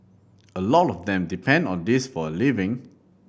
a lot of them depend on this for a living